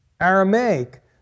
Aramaic